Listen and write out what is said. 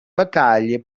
battaglie